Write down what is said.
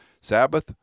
Sabbath